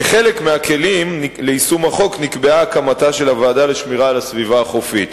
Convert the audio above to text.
כחלק מהכלים ליישום החוק נקבעה הקמתה של הוועדה לשמירת הסביבה החופית.